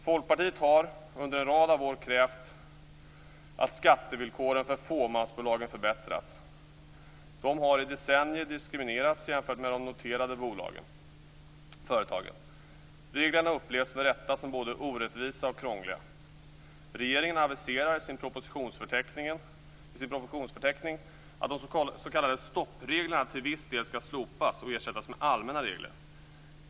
Folkpartiet har under en rad av år krävt att skattevillkoren för fåmansbolag förbättras. Dessa har i decennier diskriminerats jämfört med de noterade företagen. Reglerna upplevs med rätta som både orättvisa och krångliga. Regeringen aviserar i sin propositionsförteckning att de s.k. stoppreglerna till viss del skall slopas och ersättas med allmänna regler.